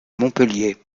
montpellier